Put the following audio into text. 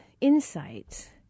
insight